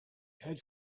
had